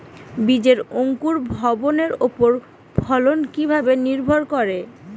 বীজের অঙ্কুর ভবনের ওপর ফলন কিভাবে নির্ভর করে?